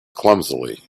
clumsily